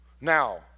now